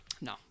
No